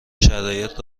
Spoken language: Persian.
شرایط